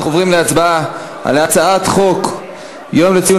אנחנו עוברים להצבעה על הצעת חוק יום לציון